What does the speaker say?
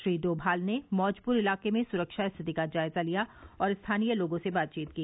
श्री डोमाल ने मौजपुर इलाके में सुरक्षा स्थिति का जायजा लिया और स्थानीय लोगों से बातचीत की